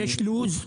יש לו"ז?